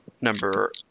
number